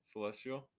Celestial